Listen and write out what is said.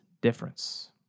difference